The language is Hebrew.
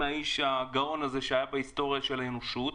מהאיש הגאון הזה שהיה בהיסטוריה של האנושות.